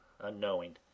unknowing